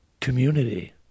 community